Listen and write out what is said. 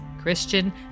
Christian